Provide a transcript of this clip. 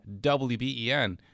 WBEN